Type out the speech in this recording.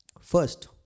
First